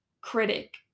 critic